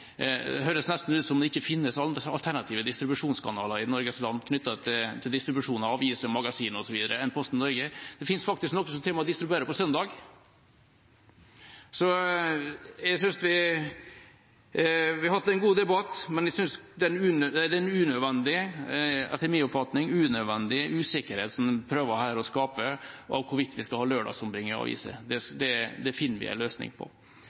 omkring, høres det nesten ut som om det ikke finnes alternative distribusjonskanaler til Posten Norge i Norges land knyttet til distribusjon av aviser, magasiner osv. Det fins faktisk noen som til og med distribuerer på søndag. Vi har hatt en god debatt, men det er en etter min oppfatning unødvendig usikkerhet man prøver å skape her om hvorvidt vi skal ha lørdagsombringing av aviser. Det finner vi en løsning på.